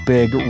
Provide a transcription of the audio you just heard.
Big